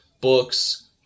books